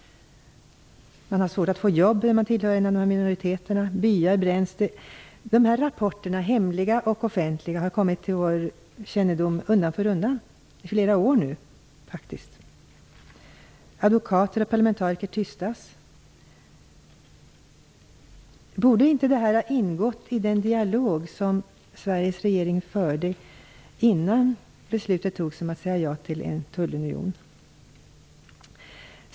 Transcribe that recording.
Man har svårt att få jobb om man tillhör en av minoriteterna. Byar bränns. Advokater och parlamentariker tystas. Rapporter om detta, hemliga och offentliga, har kommit till vår kännedom undan för undan i flera år nu. Borde inte detta ha ingått i den dialog som Sveriges regering förde innan beslutet om att säga ja till en tullunion fattades?